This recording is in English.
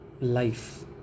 life